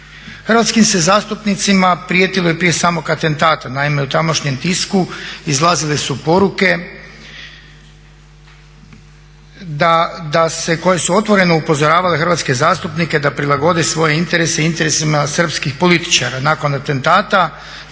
Hrvatskim se zastupnicima prijetilo i prije samog atentata. Naime, u tamošnjem tisku izlazile su poruke koje su otvoreno upozoravale hrvatske zastupnike da prilagode svoje interese interesima srpskih političara. Nakon atentata